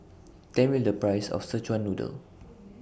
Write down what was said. Tell Me The Price of Szechuan Noodle